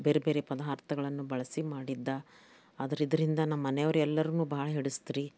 ಬೇರೆ ಬೇರೆ ಪದಾರ್ಥಗಳನ್ನು ಬಳಸಿ ಮಾಡಿದ್ದ ಅದ್ರಿಂದ ನಮ್ಮನೆಯವರೆಲ್ರನ್ನೂ ಭಾಳ ಹಿಡಿಸಿತು ರೀ